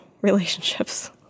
relationships